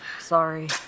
sorry